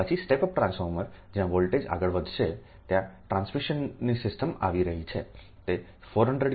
પછી step up transformer જ્યાં voltage આગળ વધશે ત્યાં ટ્રાન્સમિશન સિસ્ટમ આવી રહી છે